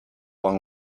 long